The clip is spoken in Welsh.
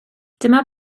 dyma